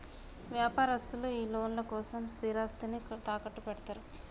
వ్యాపారస్తులు ఈ లోన్ల కోసం స్థిరాస్తిని తాకట్టుపెడ్తరు